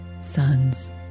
sons